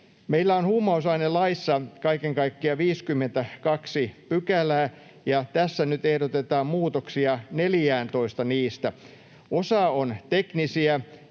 Meillä on huumausainelaissa kaiken kaikkiaan 52 pykälää, ja tässä nyt ehdotetaan muutoksia 14:ään niistä. Osa on teknisiä,